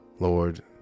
Lord